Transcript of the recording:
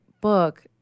book